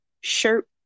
shirt